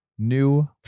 New